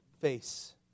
face